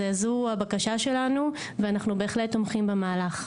אז זו הבקשה שלנו ואנחנו בהחלט תומכים במהלך.